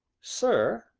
sir,